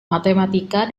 matematika